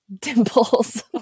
dimples